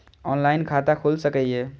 Online खाता खुल सके ये?